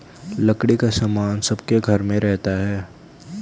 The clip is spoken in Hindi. लकड़ी का सामान सबके घर में रहता है